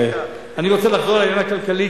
אני רוצה לחזור לעניין הכלכלי,